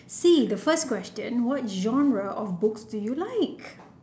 see the first question what genre of books do you like